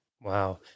Wow